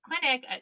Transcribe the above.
clinic